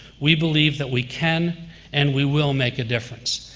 we believe that we can and we will make a difference.